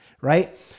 right